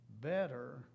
better